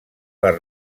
les